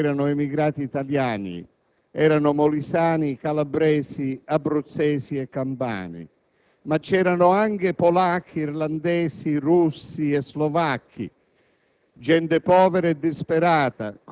Di questi, 171 erano emigrati italiani, in particolare molisani, calabresi, abruzzesi e campani. Ma c'erano anche polacchi, irlandesi, russi e slovacchi.